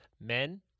men